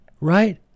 Right